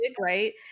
right